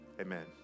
Amen